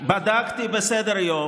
בדקתי בסדר-יום,